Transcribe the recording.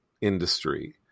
industry